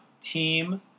team